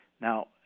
now